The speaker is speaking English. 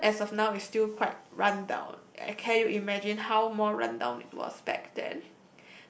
even as of now it's still quite run down can you imagine how more run down it was back then